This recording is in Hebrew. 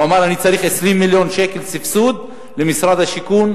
הוא אמר: אני צריך 20 מיליון שקל סבסוד למשרד השיכון,